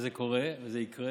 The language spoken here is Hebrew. וזה קורה וזה יקרה,